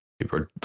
people